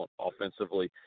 offensively